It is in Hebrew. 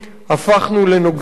הפכנו לנוגשים.